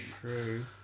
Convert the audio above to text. true